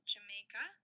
Jamaica